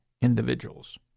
individuals